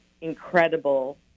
incredible